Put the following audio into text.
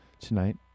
tonight